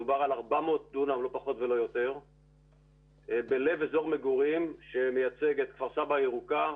מדובר על 400 דונם בלב אזור מגורים שמייצג את כפר סבא הירוקה,